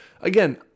Again